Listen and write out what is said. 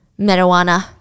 Marijuana